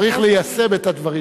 צריך ליישם את הדברים,